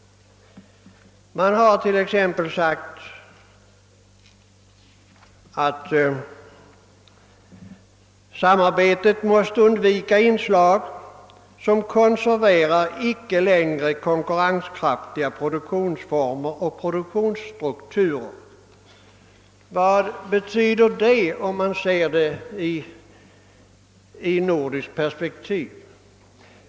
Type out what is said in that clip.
Man har till exempel i rapporten uttalat att samarbetet måste undvika inslag som konserverar icke konkurrenskraftiga produktionsformer och produktionsstrukturer. Vad betyder detta i nordiskt perspektiv?